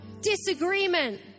disagreement